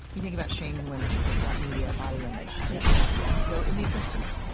you think about shame in women, you think about media, body image, you think about yeah. so it made sense to me